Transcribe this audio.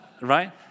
right